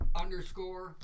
underscore